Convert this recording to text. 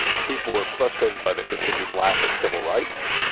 people were frustrated by the continued lack of civil rights.